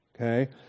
Okay